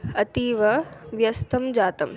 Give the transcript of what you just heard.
अतीव व्यस्तं जातम्